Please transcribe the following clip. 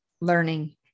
learning